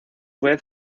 vez